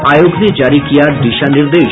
आयोग ने जारी किया दिशा निर्देश